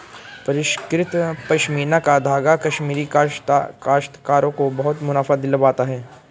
परिष्कृत पशमीना का धागा कश्मीरी काश्तकारों को बहुत मुनाफा दिलवाता है